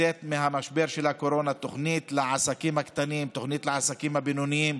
ושמענו מחברי הכנסת מכל חלקי הבית בחודשים האחרונים: